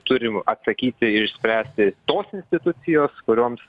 turim atsakytiir išspręsti tos institucijos kurioms